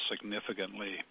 significantly